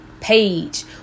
page